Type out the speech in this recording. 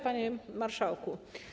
Panie Marszałku!